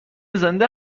زنده